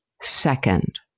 second